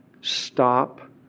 Stop